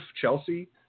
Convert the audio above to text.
Chelsea